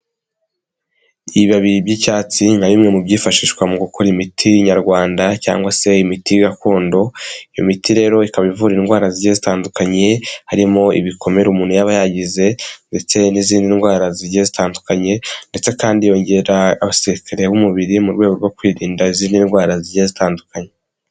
Ibibabi by'icyatsi nka bimwe mu byifashishwa mu gukora imiti nyarwanda cyangwa se imiti gakondo, iyo miti rero ikaba ivura indwara zigiye zitandukanye, harimo ibikomere umuntu yaba yagize ndetse n'izindi ndwara zigiye zitandukanye, ndetse kandi yongera abasirikari b'umubiri mu rwego rwo kwirinda izindi ndwara zigiye zitandukanye.